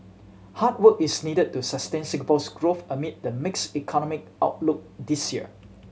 hard work is needed to sustain Singapore's growth amid the mixed economic outlook this year